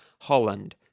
Holland